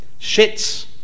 Shits